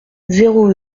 zéro